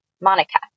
Monica